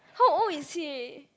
how old is he